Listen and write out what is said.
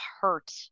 hurt